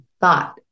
thought